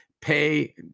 pay